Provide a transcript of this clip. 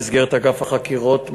במסגרת אגף החקירות,